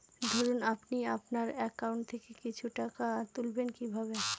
ধরুন আপনি আপনার একাউন্ট থেকে কিছু টাকা তুলবেন কিভাবে?